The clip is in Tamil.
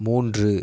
மூன்று